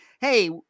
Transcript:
hey